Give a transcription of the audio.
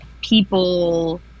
people